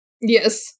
Yes